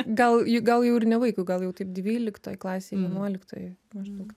gal ji gal jau ir ne vaikui gal jau taip dvyliktoj klasėj vienuoliktoj maždaug